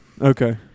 Okay